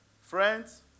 Friends